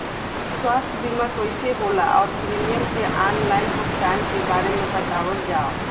स्वास्थ्य बीमा कइसे होला और प्रीमियम के आनलाइन भुगतान के बारे में बतावल जाव?